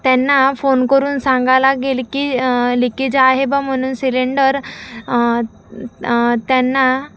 त्यांना फोन करून सांगा लागेल की लिकेज आहे बा म्हणून सिलेंडर त्यांना